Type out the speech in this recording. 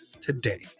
today